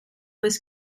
was